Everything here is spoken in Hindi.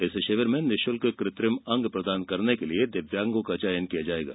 इस शिविर में निःशुल्क कृत्रिम अंग प्रदाय करने हेतु दिव्यांगों का चयन किया जायेगा